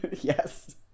Yes